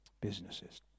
businesses